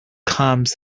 comes